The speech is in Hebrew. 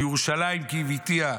לירושלים כי אוויתיה.